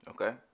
Okay